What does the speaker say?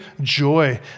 joy